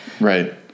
Right